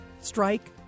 strike